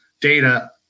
data